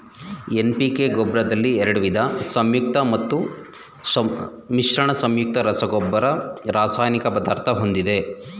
NPK ಗೊಬ್ರದಲ್ಲಿ ಎರಡ್ವಿದ ಸಂಯುಕ್ತ ಮತ್ತು ಮಿಶ್ರಣ ಸಂಯುಕ್ತ ರಸಗೊಬ್ಬರ ರಾಸಾಯನಿಕ ಪದಾರ್ಥ ಹೊಂದಿದೆ